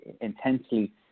intensely